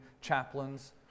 chaplains